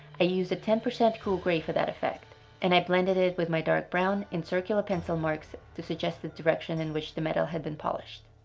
i used a ten percent cool grey for that effect and i blended it with my dark brown in circular pencil marks to suggest the direction in which the metal had been polished.